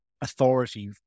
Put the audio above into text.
authority